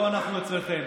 לא אנחנו אצלכם.